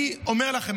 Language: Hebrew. אני אומר לכם,